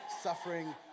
suffering